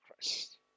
Christ